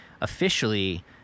officially